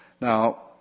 Now